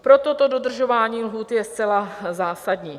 Proto to dodržování lhůt je zcela zásadní.